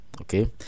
Okay